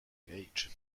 age